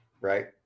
right